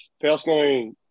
personally